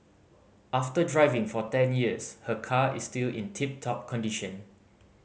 after driving for ten years her car is still in tip top condition